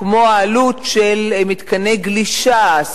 כמו העלות של מתקני גלישה,